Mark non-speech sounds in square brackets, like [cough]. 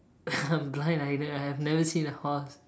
[laughs] I'm blind I have I have never seen a horse [laughs]